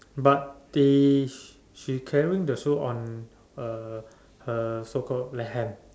but they she carrying the shoes on uh her so called left hand